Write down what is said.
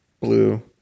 blue